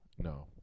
No